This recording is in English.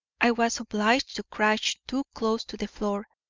i was obliged to crouch too close to the floor.